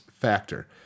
factor